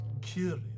Curious